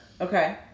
Okay